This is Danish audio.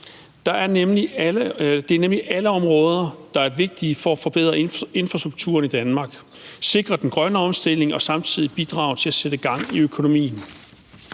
Det er nemlig alle områder, der er vigtige for at forbedre infrastrukturen i Danmark, sikre den grønne omstilling og samtidig bidrage til at sætte gang i økonomien.